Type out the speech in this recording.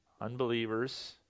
Unbelievers